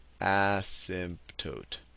asymptote